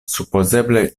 supozeble